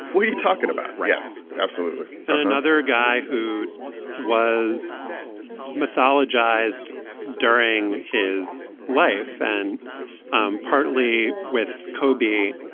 what are you talking about? yes, absolutely another guy who was mythologized during his life and um partly with kobe,